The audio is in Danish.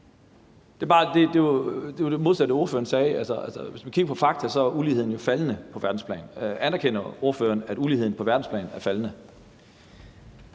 Det var bare det modsatte, ordføreren sagde. Altså, hvis vi kigger på fakta, er uligheden jo faldende på verdensplan. Anerkender ordføreren, at uligheden på verdensplan er faldende?